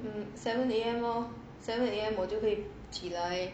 um seven A_M lor like seven A_M 我就会起来